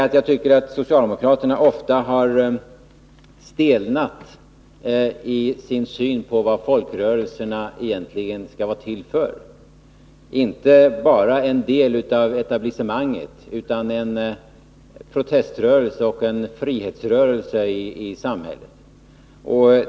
Jag tycker att socialdemokraterna ofta har stelnat i sin syn på vad en folkrörelse egentligen skall vara — inte bara en del av etablissemanget utan en proteströrelse och en frihetsrörelse i samhället.